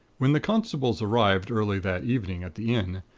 when the constables arrived early that evening at the inn,